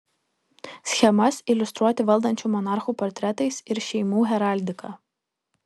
schemas iliustruoti valdančių monarchų portretais ir šeimų heraldika